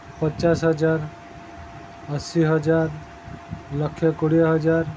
ପଚାଶ ହଜାର ଅଶୀ ହଜାର ଲକ୍ଷେ କୋଡ଼ିଏ ହଜାର